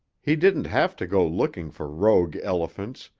he didn't have to go looking for rogue elephants,